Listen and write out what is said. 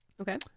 okay